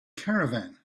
caravan